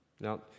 Now